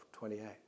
28